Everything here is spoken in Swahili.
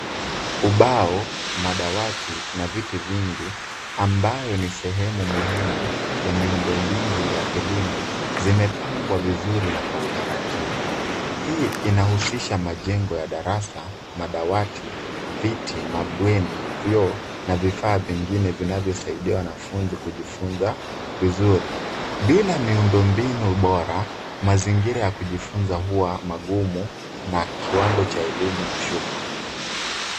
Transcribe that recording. Ubao, madawati na viti vingi, ambayo ni sehemu muhimu ya miundombinu ya elimu, zimepangwa vizuri na kwa utaratibu. Hii inahusisha majengo ya darasa, madawati, viti, mabweni, vyoo, na vifaa vingine vinavyosaidia wanafunzi kujifunza vizuri. Bila miundombinu bora, mazingira ya kujifunza huwa magumu na kiwango cha elimu hushuka.